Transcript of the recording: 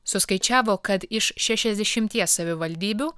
suskaičiavo kad iš šešiasdešimties savivaldybių